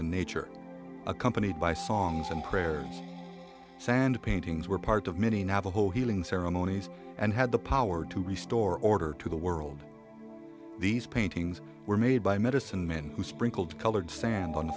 in nature accompanied by songs and prayers sand paintings were part of many navajo healing ceremonies and had the power to restore order to the world these paintings were made by medicine men who sprinkled colored sand on the